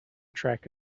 track